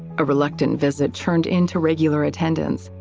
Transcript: a reluctant visit turned into regular attendance.